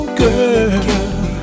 girl